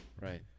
right